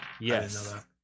Yes